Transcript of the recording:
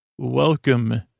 Welcome